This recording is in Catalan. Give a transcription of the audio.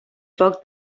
foc